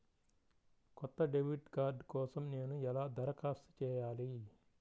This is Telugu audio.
కొత్త డెబిట్ కార్డ్ కోసం నేను ఎలా దరఖాస్తు చేయాలి?